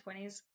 20s